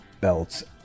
belts